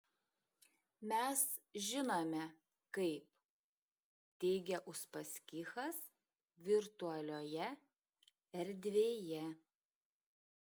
mes žinome kaip teigia uspaskichas virtualioje erdvėje